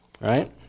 Right